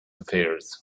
affairs